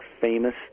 famous